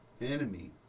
enemy